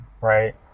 right